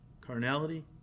carnality